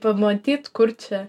pamatyt kur čia